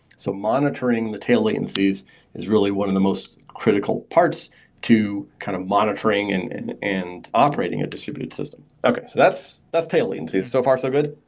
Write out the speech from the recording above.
so monitoring the tail latencies is really one of the most critical parts kind of monitoring and and and operating a distributed system. okay, that's that's tail latencies. so far so good?